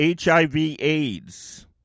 HIV-AIDS